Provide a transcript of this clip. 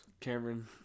Cameron